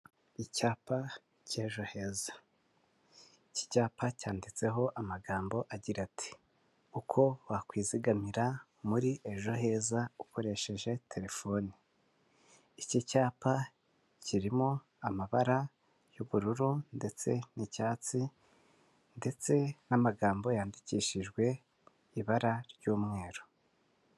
Icyapa cy'Ejoheza. Iki cyapa cyanditseho amagambo agira ati: "Uko wakwizigamira muri Ejoheza ukoresheje telefoni". Iki cyapa kirimo amabara y'ubururu ndetse n'icyatsi ndetse n'amagambo yandikishijwe ibara ry'umweru.